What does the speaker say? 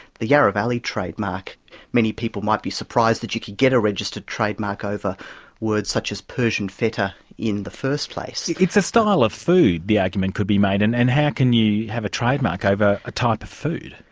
the yarra valley trademark many people might be surprised that you could get a registered trademark over words such as persian feta in the first place. it's a style of food, the argument could be made, and and how can you have a trademark over a type of food.